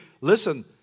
listen